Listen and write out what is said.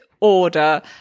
order